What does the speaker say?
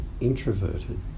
introverted